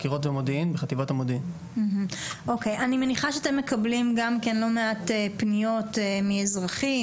אני מניחה שאתם מקבלים גם כן לא מעט פניות מאזרחים,